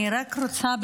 אני רק רוצה,